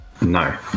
No